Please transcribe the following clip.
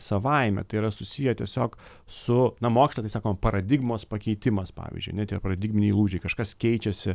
savaime tai yra susiję tiesiog su na moksle tai sakoma paradigmos pakeitimas pavyzdžiui ane tie paradigminiai lūžiai kažkas keičiasi